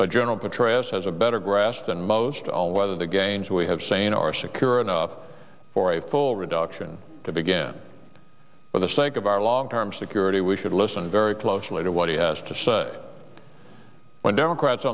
but general petraeus has a better grasp than most on whether the gains we have seen are secure enough for a full reduction to begin for the sake of our long term security we should listen very closely to what he has to say when democrats